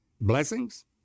blessings